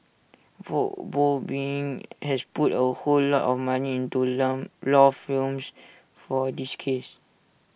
boeing has put A whole lot of money into long law firms for this case